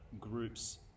groups